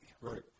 Right